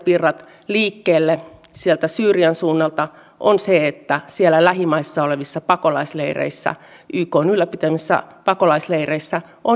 me tarvitsemme erilaisia aluekehitysrahoitusinstrumentteja mutta en näe että tekesin tki rahoitus olisi tähän oikea instrumentti